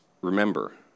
Remember